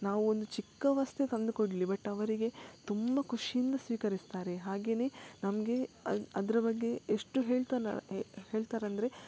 ನಾವು ಒಂದು ಚಿಕ್ಕ ವಸ್ಥು ತಂದು ಕೊಡಲಿ ಬಟ್ ಅವರಿಗೆ ತುಂಬ ಖುಷಿಯಿಂದ ಸ್ವೀಕರಿಸ್ತಾರೆ ಹಾಗೇ ನಮಗೆ ಅದರ ಬಗ್ಗೆ ಎಷ್ಟು ಹೇಳ್ತ ಹೇಳ್ತಾರಂದರೆ